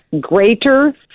greater